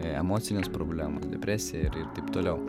emocinės problemos depresija ir taip toliau